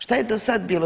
Što je do sad bilo?